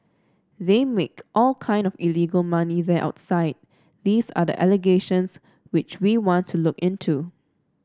they make all kind of illegal money there outside these are the allegations which we want to look into